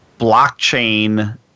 blockchain